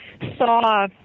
saw